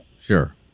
Sure